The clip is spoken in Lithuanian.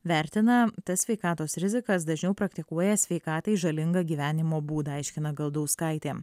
vertina tas sveikatos rizikas dažniau praktikuoja sveikatai žalingą gyvenimo būdą aiškina galdauskaitė